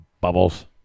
Bubbles